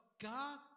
God